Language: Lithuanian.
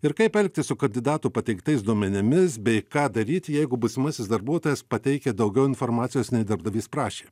ir kaip elgtis su kandidatų pateiktais duomenimis bei ką daryti jeigu būsimasis darbuotojas pateikia daugiau informacijos nei darbdavys prašė